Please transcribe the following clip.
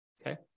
Okay